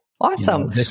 Awesome